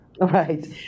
Right